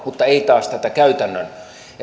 mutta ei taas tätä käytännön